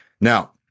Now